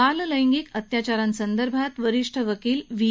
बाल लैंगिक अत्याचारासंदर्भात वरिष्ठ वकील व्ही